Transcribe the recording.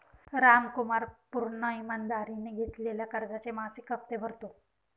रामकुमार पूर्ण ईमानदारीने घेतलेल्या कर्जाचे मासिक हप्ते भरतो